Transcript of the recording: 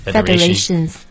Federations